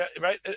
right